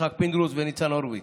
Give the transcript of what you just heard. יצחק פינדרוס וניצן הורוביץ.